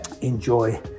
enjoy